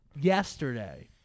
Yesterday